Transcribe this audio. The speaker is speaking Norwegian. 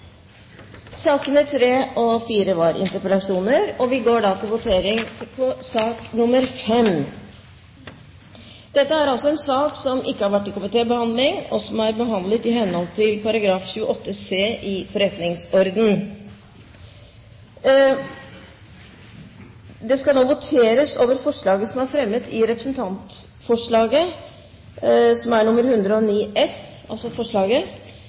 sakene nr. 3 og 4 foreligger det ikke noe voteringstema. Dette er en sak som ikke har vært til komitébehandling, og som er behandlet i henhold til § 28 c i forretningsordenen. Det skal nå voteres over forslaget som er fremmet i Representantforslag 119 S. Forslaget er tatt opp i debatten av representanten Jan-Henrik Fredriksen fra Fremskrittspartiet. Presidenten gjør oppmerksom på at det bare er Fremskrittspartiet som